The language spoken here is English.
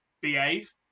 Behave